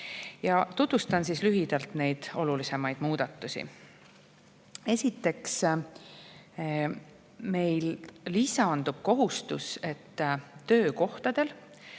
Tutvustan siis lühidalt olulisimaid muudatusi. Esiteks, lisandub kohustus, et töökohtadel